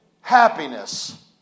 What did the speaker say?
happiness